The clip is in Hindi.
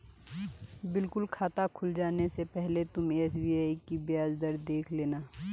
बिल्कुल खाता खुल जाने से पहले तुम एस.बी.आई की ब्याज दर देख लेना